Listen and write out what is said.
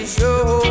Show